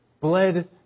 bled